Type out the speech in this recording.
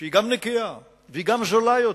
שהיא גם נקייה וגם זולה יותר,